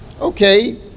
Okay